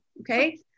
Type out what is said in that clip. Okay